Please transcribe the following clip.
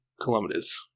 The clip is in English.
kilometers